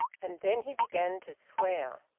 and then he began to swear.